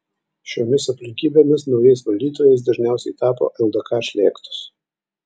šiomis aplinkybėmis naujais valdytojais dažniausiai tapo ldk šlėktos